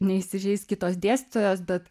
neįsižeis kitos dėstytojos bet